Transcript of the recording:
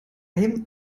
einem